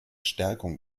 stärkung